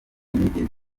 nigeze